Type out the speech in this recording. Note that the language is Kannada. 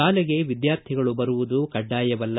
ಶಾಲೆಗೆ ವಿದ್ಯಾರ್ಥಿಗಳು ಬರುವುದು ಕಡ್ಡಾಯವಲ್ಲ